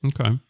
Okay